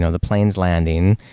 ah the plane is landing.